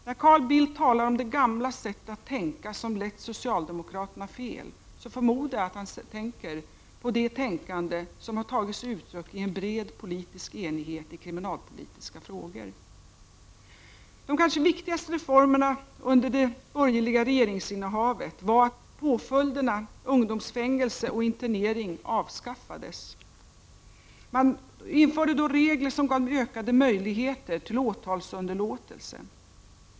När Carl Bildt talar om det gamla sättet att tänka som lett socialdemokraterna fel, förmodar jag att han avser det tänkande som har tagit sig uttryck i en bred politisk enighet i kriminalpolitiska frågor. De kanske viktigaste reformerna under det borgerliga regeringsinnehavet var att påföljderna ungdomsfängelse och internering avskaffades. Man införde då regler som gav ökade möjligheter till åtalsunderlåtelse.